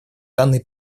данный